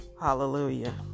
Hallelujah